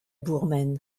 bourmen